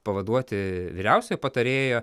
pavaduoti vyriausiojo patarėjo